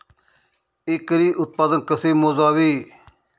एकरी उत्पादन कसे मोजावे?